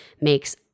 makes